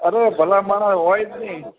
અરે ભલા માણસ હોય જ નહીં